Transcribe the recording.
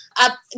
up